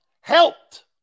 helped